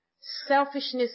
selfishness